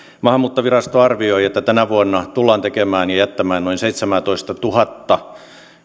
maahanmuuttovirasto arvioi että tänä vuonna tullaan tekemään ja jättämään noin seitsemäätoistatuhatta